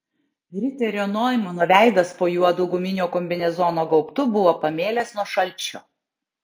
riterio noimano veidas po juodu guminio kombinezono gaubtu buvo pamėlęs nuo šalčio